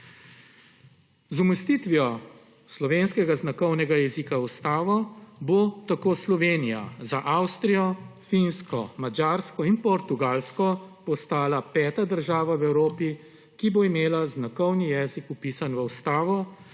Z umestitvijo slovenskega znakovnega jezika v ustavo bo tako Slovenija za Avstrijo, Finsko, Madžarsko in Portugalsko postala peta država v Evropi, ki bo imela znakovni jezik vpisan v ustavo,